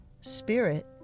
Spirit